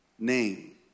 name